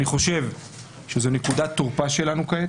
אני חושב שזאת נקודת תורפה שלנו כעת.